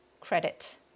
credit